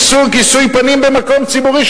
איסור כיסוי פנים במקום ציבורי),